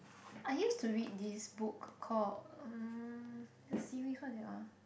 I used to read this book called um it's a series what is it ah